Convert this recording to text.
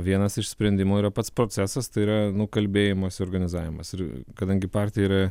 vienas iš sprendimų yra pats procesas tai yra nu kalbėjimosi organizavimas ir kadangi partija yra